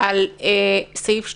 על סעיף 2(ב),